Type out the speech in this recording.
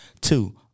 Two